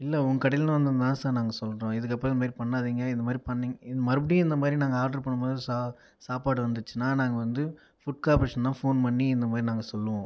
இல்லை உங்கள் கடையிலேனு வந்ததா சார் நாங்கள் சொல்றோம் இதுக்கப்புறம் இந்த மாதிரி பண்ணாதீங்க இந்த மாதிரி இது மறுபடியும் இந்த மாதிரி நாங்க ஆர்டர் பண்ணும்போது சாப்பாடு வந்துச்சுனா நாங்கள் வந்து ஃபுட் கார்ப்பரேஷன்தான் ஃபோன் பண்ணி இந்த மாதிரி நாங்கள் சொல்வோம்